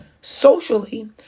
socially